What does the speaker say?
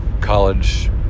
college